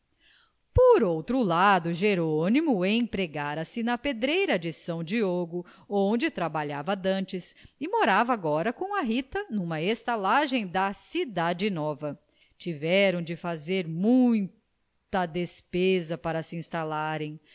por outro lado jerônimo empregara se na pedreira de são diogo onde trabalhava dantes e morava agora com a rita numa estalagem da cidade nova tiveram de fazer muita despesa para se instalarem